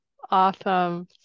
Awesome